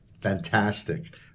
fantastic